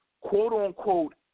quote-unquote